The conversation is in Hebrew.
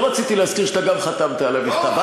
לא רציתי להזכיר שגם אתה חתמת על המכתב.